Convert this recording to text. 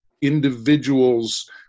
individuals